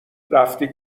رفتی